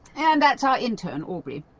and that's our intern aubrey.